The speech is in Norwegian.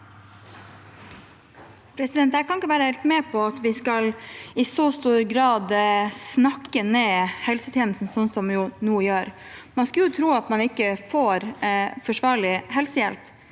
Jeg kan ikke være helt med på at vi i så stor grad skal snakke ned helsetjenesten som vi nå gjør. Man skulle tro at man ikke får forsvarlig helsehjelp.